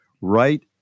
right